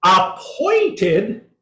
Appointed